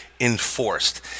enforced